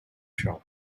shop